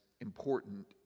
important